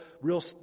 real